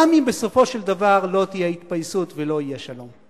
גם אם בסופו של דבר לא תהיה התפייסות ולא יהיה שלום.